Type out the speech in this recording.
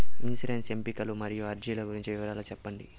insurance ఎంపికలు మరియు అర్జీల గురించి వివరాలు సెప్పండి